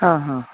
ಹಾಂ ಹಾಂ